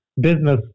business